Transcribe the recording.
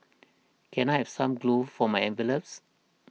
can I have some glue for my envelopes